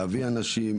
להביא אנשים,